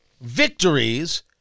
victories